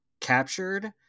captured